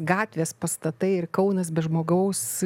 gatvės pastatai ir kaunas be žmogaus